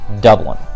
Dublin